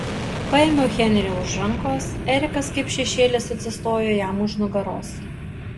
paėmiau henrį už rankos erikas kaip šešėlis atsistojo jam už nugaros